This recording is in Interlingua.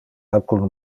alcun